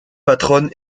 patronne